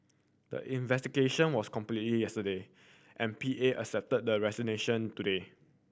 the investigation was completed yesterday and P A accepted the resignation today